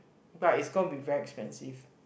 but is gonna be very expensive